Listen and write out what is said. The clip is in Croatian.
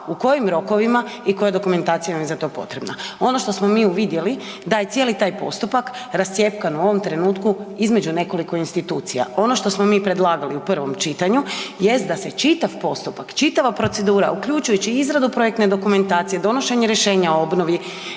u kojim rokovima i koja dokumentacija nam je za to potrebna. Ono što smo mi uvidjeli da je cijeli taj postupak rascjepkan u ovom trenutku između nekoliko institucija. Ono što smo mi predlagali u prvom čitanju jest da se čitav postupak, čitava procedura, uključujući izradu projektne dokumentacije, donošenje rješenja o obnovi,